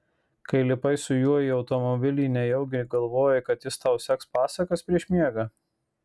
kai lipai su juo į automobilį nejaugi galvojai kad jis tau seks pasakas prieš miegą